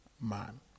man